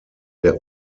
der